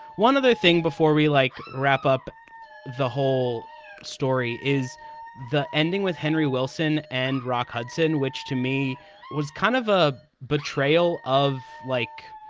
one other thing before we like wrap up the whole story is the ending with henry wilson and rock hudson, which to me was kind of a betrayal of like.